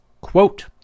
Quote